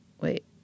wait